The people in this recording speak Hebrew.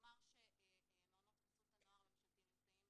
לומר שמעונות חסות הנוער הממשלתי נמצאים